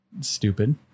stupid